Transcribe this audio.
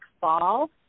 fall